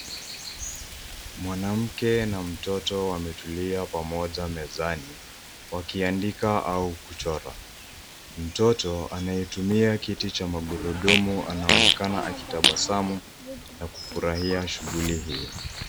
Mwanamke na mtoto wametulia pamoja mezani, wakiandika au kuchora. Mtoto, anayetumia kiti cha magurudumu anaonekana akitabasamu na kufurahia shughuli hiyo.